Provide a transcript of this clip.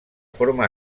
forma